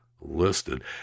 listed